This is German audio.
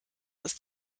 ist